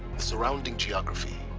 the surrounding geography.